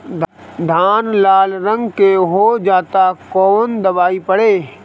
धान लाल रंग के हो जाता कवन दवाई पढ़े?